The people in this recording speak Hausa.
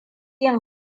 yin